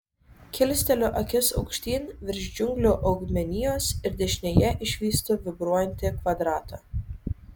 kilsteliu akis aukštyn virš džiunglių augmenijos ir dešinėje išvystu vibruojantį kvadratą